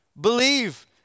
Believe